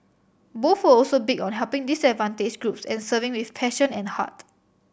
both were also big on helping disadvantaged groups and serving with passion and heart